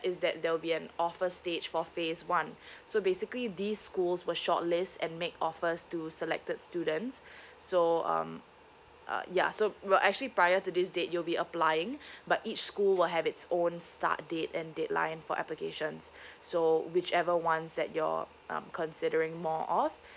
is that there will be an offer stage for phase one so basically these schools will shortlist and make offers to selected students so um uh ya so were actually prior to this date you'll be applying but each school will have its own start date and deadline for applications so whichever ones that you're um considering more of